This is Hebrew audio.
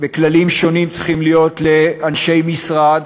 כללים שונים צריכים להיות לאנשי משרד,